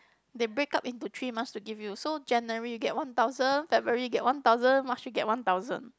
they break up into three months to give you so January you get one thousand February you get one thousand March you get one thousand